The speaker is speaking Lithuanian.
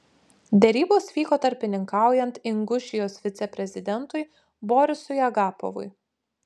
derybos vyko tarpininkaujant ingušijos viceprezidentui borisui agapovui